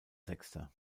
sechster